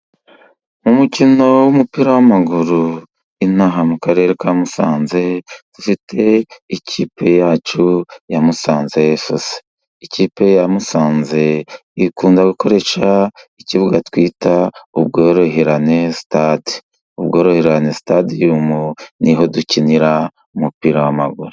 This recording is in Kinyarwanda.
Umukino w'umupira w'amaguru, inaha mu karere ka Musanze dufite ikipe yacu ya Musanze fc, ikipe ya Musanze ikunda gukoresha ikibuga twita ubworoherane sitade, ubworoherane sitade ni ho dukinira umupira w'amaguru.